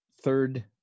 third